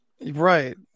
right